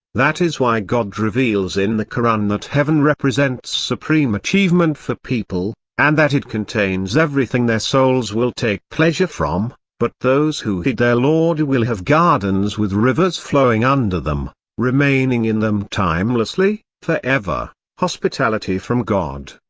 that is why god reveals in the koran that heaven represents supreme achievement for people, and that it contains everything their souls will take pleasure from but those who heed their lord will have gardens with rivers flowing under them, remaining in them timelessly, for ever hospitality from god.